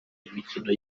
imikono